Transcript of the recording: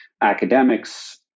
academics